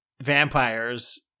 vampires